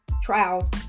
trials